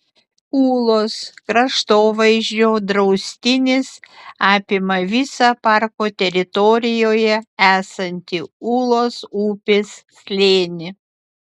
ūlos kraštovaizdžio draustinis apima visą parko teritorijoje esantį ūlos upės slėnį